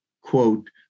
quote